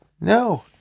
No